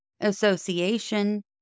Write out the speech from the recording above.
association